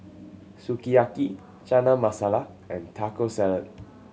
Sukiyaki Chana Masala and Taco Salad